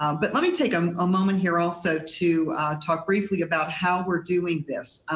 um but let me take um a moment here also to talk briefly about how we're doing this.